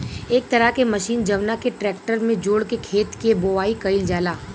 एक तरह के मशीन जवना के ट्रेक्टर में जोड़ के खेत के बोआई कईल जाला